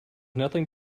nothing